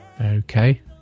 Okay